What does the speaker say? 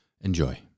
Enjoy